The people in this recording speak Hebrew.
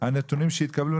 הנתונים שהתקבלו,